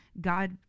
God